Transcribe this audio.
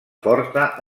forta